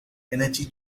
energy